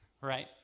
right